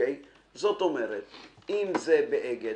כלומר אם זה באגד